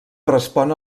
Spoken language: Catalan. respon